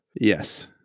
Yes